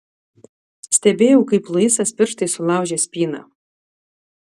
stebėjau kaip luisas pirštais sulaužė spyną